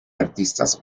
artistas